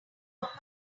about